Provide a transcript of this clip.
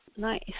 Nice